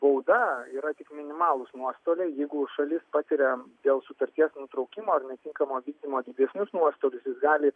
bauda yra tik minimalūs nuostoliai jeigu šalis patiria dėl sutarties nutraukimo ar netinkamo vykdymo didesnius nuostolius jis gali